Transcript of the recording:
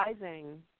rising